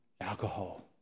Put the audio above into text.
alcohol